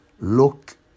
Look